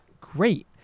great